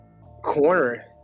corner